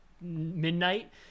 midnight